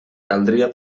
caldria